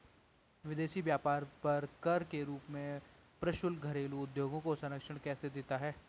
विदेशी व्यापार पर कर के रूप में प्रशुल्क घरेलू उद्योगों को संरक्षण कैसे देता है?